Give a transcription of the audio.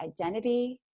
identity